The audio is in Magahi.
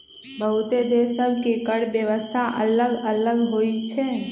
बहुते देश सभ के कर व्यवस्था अल्लग अल्लग होई छै